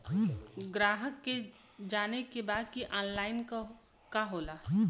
ग्राहक के जाने के बा की ऑनलाइन का होला?